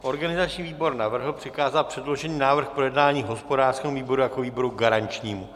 Organizační výbor navrhl přikázat předložený návrh k projednání hospodářskému výboru jako výboru garančnímu.